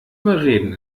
überreden